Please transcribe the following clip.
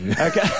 Okay